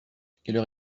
quelle